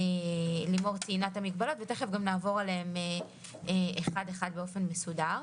לימור ציינה את המגבלות ותיכף גם נעבור עליהן אחת אחת באופן מסודר.